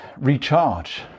recharge